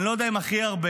אני לא יודע אם הכי הרבה,